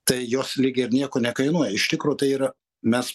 tai jos lyg ir nieko nekainuoja iš tikro tai yra mes